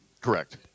Correct